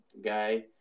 Guy